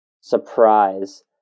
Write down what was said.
surprise